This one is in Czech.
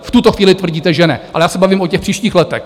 V tuto chvíli tvrdíte, že ne, ale já se bavím o těch příštích letech.